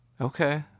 Okay